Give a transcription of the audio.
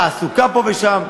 תעסוקה פה ושם,